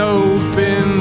open